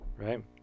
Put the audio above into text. Right